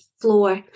floor